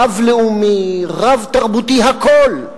רב-לאומי, רב-תרבותי, הכול,